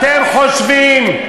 למה לא?